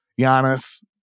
Giannis